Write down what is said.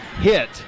hit